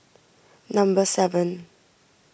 number seven